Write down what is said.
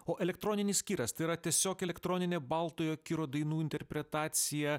o elektroninis kiras tai yra tiesiog elektroninė baltojo kiro dainų interpretacija